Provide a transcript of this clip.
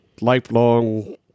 lifelong